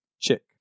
Chick